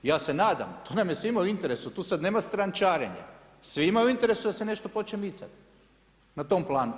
Ja se nadam, to nam je svima u interesu, tu sada nema strančarenja, svima je u interesu da se nešto počne micati na tom planu.